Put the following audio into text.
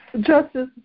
Justice